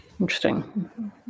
Interesting